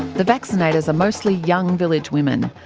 the vaccinators are mostly young village women.